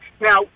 Now